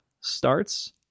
starts